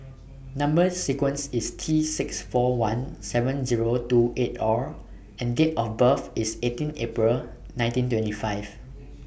Number sequence IS T six four one seven Zero two eight R and Date of birth IS eighteen April nineteen twenty five